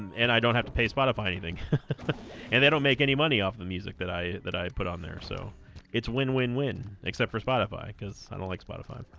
and i don't have to pay spotify anything and they don't make any money off the music that i that i put on there so it's win-win-win except for spotify because i don't like spotify